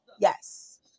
Yes